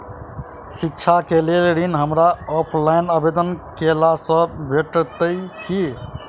शिक्षा केँ लेल ऋण, हमरा ऑफलाइन आवेदन कैला सँ भेटतय की?